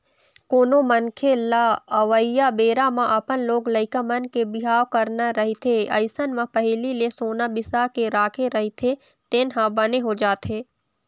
कोनो मनखे लअवइया बेरा म अपन लोग लइका मन के बिहाव करना रहिथे अइसन म पहिली ले सोना बिसा के राखे रहिथे तेन ह बने हो जाथे